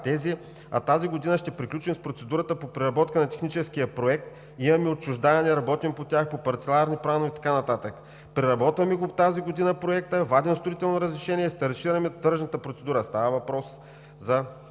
а тази година ще приключим с процедурата по преработка на техническия проект – имаме отчуждавания, работим по тях, по парцеларни планове и така нататък. Преработваме го тази година Проекта, вадим строително разрешение и стартираме тръжната процедура.“ Става въпрос за